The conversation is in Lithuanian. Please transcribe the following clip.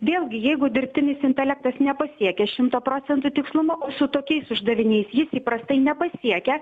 vėlgi jeigu dirbtinis intelektas nepasiekia šimto procentų tikslumo su tokiais uždaviniais jis įprastai nepasiekia